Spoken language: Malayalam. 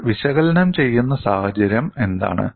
നമ്മൾ വിശകലനം ചെയ്യുന്ന സാഹചര്യം എന്താണ്